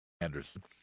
Anderson